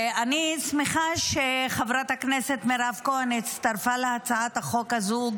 אני שמחה שחברת הכנסת מירב כהן הצטרפה להצעת החוק הזו,